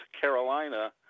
Carolina